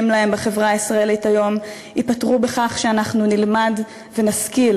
להם בחברה הישראלית היום ייפתרו בכך שאנחנו נלמד ונשכיל